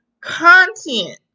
content